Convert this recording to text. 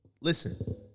Listen